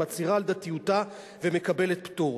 מצהירה על דתיותה ומקבלת פטור.